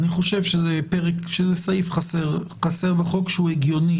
אני חושב שזה סעיף חסר בחוק, ושהוא הגיוני.